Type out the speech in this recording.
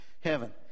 heaven